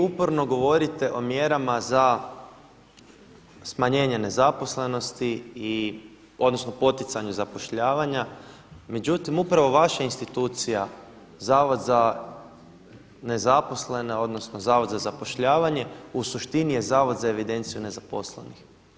Vi uporno govorite o mjerama za smanjenje nezaposlenosti odnosno poticanju zapošljavanja, međutim upravo vaša institucija Zavod za nezaposlene, odnosno Zavod za zapošljavanje u suštini je zavod za evidenciju nezaposlenih.